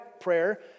prayer